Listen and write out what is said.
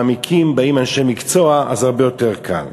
מעמיקים, באים אנשי מקצוע, אז זה הרבה יותר קל.